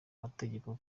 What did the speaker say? mategeko